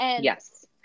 Yes